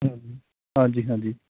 ਹਾਂਜੀ ਹਾਂਜੀ